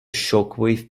shockwave